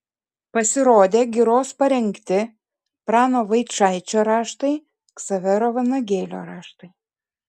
pasirodė giros parengti prano vaičaičio raštai ksavero vanagėlio raštai